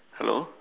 hello